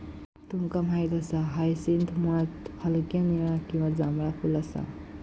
तुमका माहित असा हायसिंथ मुळात हलक्या निळा किंवा जांभळा फुल असा